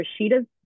Rashida's